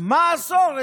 מה עשור?